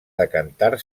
decantar